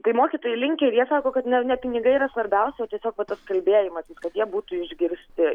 tai mokytojai linkę ir jie sako kad ne ne pinigai yra svarbiausia o tiesiog va toks kalbėjimasis kad jie būtų išgirsti